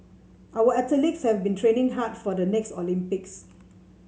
our athletes have been training hard for the next Olympics